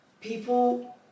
People